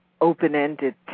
open-ended